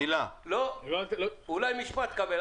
אני אוהב את המקום הזה,